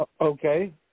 Okay